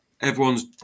everyone's